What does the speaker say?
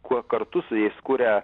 kuo kartu su jais kuria